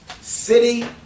city